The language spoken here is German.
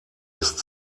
ist